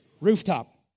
Rooftop